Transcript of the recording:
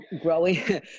Growing